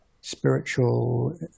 spiritual